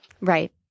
Right